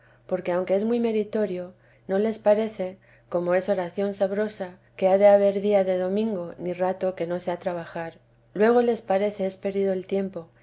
porque aunque es muy meritorio no les parece como es oración sabrosa que ha de haber día de domingo ni rato que no sea trabajar luego les parece es perdido el tiempo